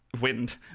wind